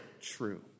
true